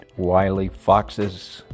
wileyfoxes